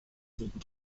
wurden